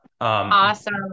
awesome